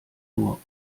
nur